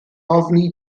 ofni